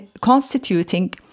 constituting